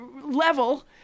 level